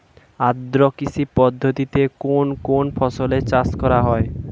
আদ্র কৃষি পদ্ধতিতে কোন কোন ফসলের চাষ করা হয়?